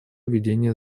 ведения